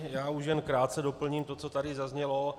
Já už jen krátce doplním to, co tady zaznělo.